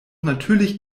natürlich